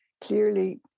clearly